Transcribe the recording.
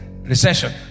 recession